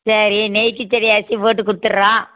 சரி நெய் கிச்சடி அரிசிப் போட்டு கொடுத்துர்றோம்